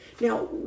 now